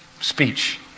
speech